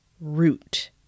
root